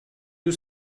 you